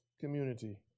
community